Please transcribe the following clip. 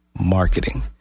marketing